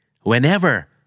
whenever